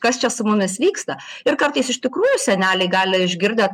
kas čia su mumis vyksta ir kartais iš tikrųjų seneliai gali išgirdę